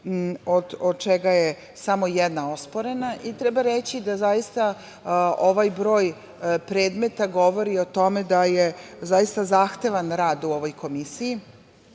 od kojih je samo jedna osporena. Treba reći da zaista ovaj broj predmeta govori o tome da je zaista zahtevan rad u ovoj Komisiji,